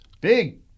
Big